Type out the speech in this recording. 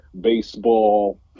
baseball